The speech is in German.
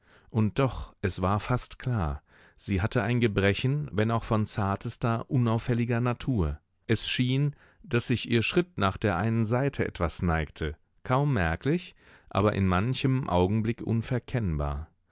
und doch es war fast klar sie hatte ein gebrechen wenn auch von zartester unauffälliger natur es schien daß sich ihr schritt nach der einen seite etwas neigte kaum merklich aber in manchem augenblick unverkennbar